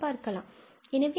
எனவே நம்மிடம் unxnn உள்ளது